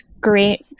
great